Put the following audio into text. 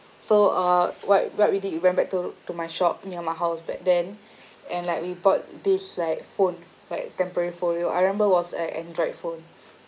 so uh what what we did we went back to to my shop near my house back then and like we bought this like phone like temporary phone you know I remember was an Android phone